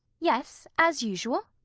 yes, as usual.